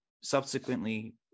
subsequently